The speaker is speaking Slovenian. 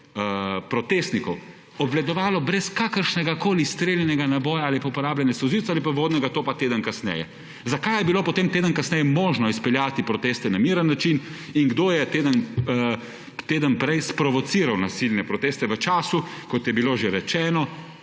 protestnikov obvladovalo brez kakršnegakoli strelnega naboja ali pa uporabljenega solzivca ali pa vodnega topa teden kasneje. Zakaj je bilo potem teden kasneje možno izpeljati proteste na miren način in kdo je teden prej sprovociral nasilne proteste v času, kot je bilo že rečeno,